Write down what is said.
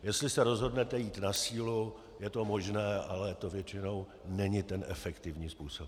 Jestli se rozhodnete jít na sílu, je to možné, ale to většinou není ten efektivní způsob.